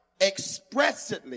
expressly